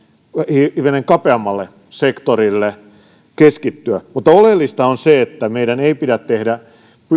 hivenen kapeammalle sektorille keskittyä mutta oleellista on se että meidän ei pidä tehdä